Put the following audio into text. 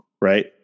Right